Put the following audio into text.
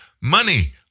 money